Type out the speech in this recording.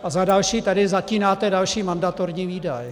A za další tady zatínáte další mandatorní výdaj.